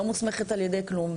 לא מוסמכת על ידי כלום.